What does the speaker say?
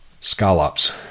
scallops